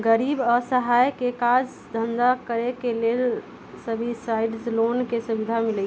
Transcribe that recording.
गरीब असहाय के काज धन्धा करेके लेल सब्सिडाइज लोन के सुभिधा मिलइ छइ